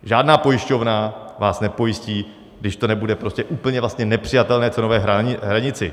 Žádná pojišťovna vás nepojistí, když to nebude prostě v úplně nepřijatelné cenové hranici.